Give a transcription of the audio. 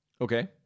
Okay